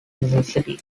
university